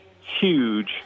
huge